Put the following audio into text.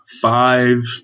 five